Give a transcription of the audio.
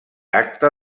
acte